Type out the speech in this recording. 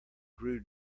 grew